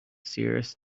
serious